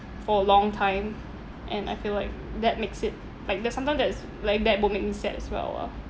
for a long time and I feel like that makes it like that sometimes that is like that would make me sad as well ah